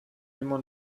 immer